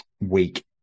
week